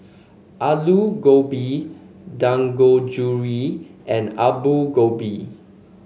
Alu Gobi Dangojiru and Alu Gobi